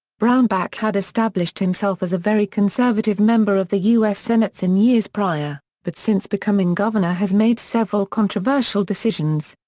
brownback had established himself as a very conservative member of the u s. senate in years prior, but since becoming governor has made several controversial decisions.